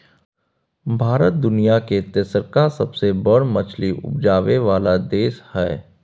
भारत दुनिया के तेसरका सबसे बड़ मछली उपजाबै वाला देश हय